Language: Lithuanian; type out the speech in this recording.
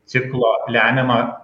ciklo lemiamą